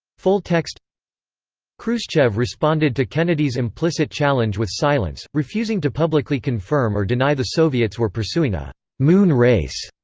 full text khrushchev responded to kennedy's implicit challenge with silence, refusing to publicly confirm or deny the soviets were pursuing a moon race.